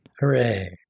Hooray